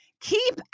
keep